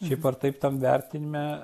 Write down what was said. šiaip ar taip tam vertinime